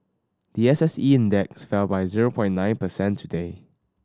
the S S E Index fell by zero point nine percent today